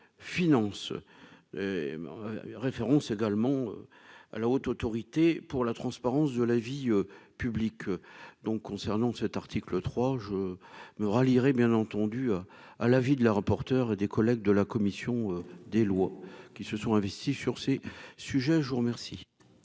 finances référence également à la Haute autorité pour la transparence de la vie publique, donc concernant cet article 3 je me rallierait bien entendu à la vie de leurs porteurs et des collègues de la commission des lois, qui se sont investis sur ces sujets, je vous remercie.